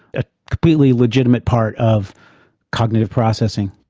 a completely legitimate part, of cognitive processing.